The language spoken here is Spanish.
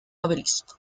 obelisco